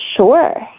Sure